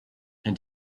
and